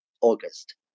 August